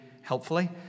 helpfully